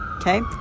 okay